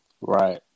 Right